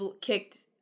kicked